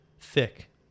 thick